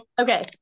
Okay